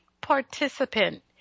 participant